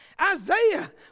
Isaiah